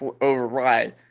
override